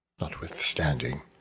Notwithstanding